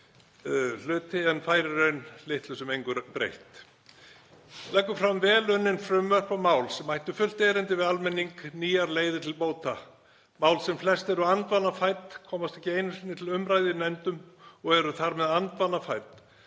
en fær í raun litlu sem engu breytt. Leggur fram vel unnin frumvörp og mál sem ættu fullt erindi við almenning, nýjar leiðir til bóta, mál sem flest eru andvana fædd, komast ekki einu sinni til umræðu í nefndum og eru þar með andvana fædd